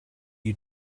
you